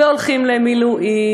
והולכים למילואים,